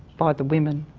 by the women.